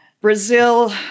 Brazil